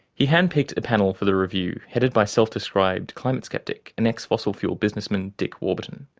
he hand-picked a panel for the review, headed by self-described climate skeptic and ex-fossil fuel businessman dick warburton.